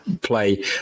play